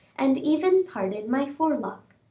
and even parted my forelock.